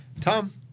Tom